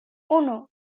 uno